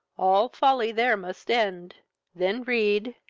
all folly there must end then read,